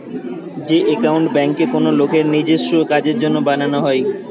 যে একাউন্ট বেঙ্কে কোনো লোকের নিজেস্য কাজের জন্য বানানো হয়